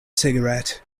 cigarette